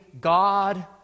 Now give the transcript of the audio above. God